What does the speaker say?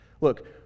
Look